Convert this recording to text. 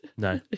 No